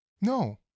No